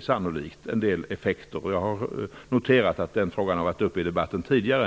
sannolikt att ge en del effekter som gynnar vår ekonomi. Därför är detta egentligen inte någon nettokostnad.